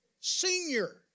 Senior